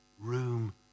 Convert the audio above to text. room